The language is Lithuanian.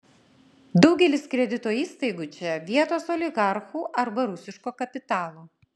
daugelis kredito įstaigų čia vietos oligarchų arba rusiško kapitalo